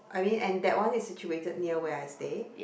I mean and that one is situated near where I stay